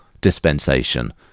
dispensation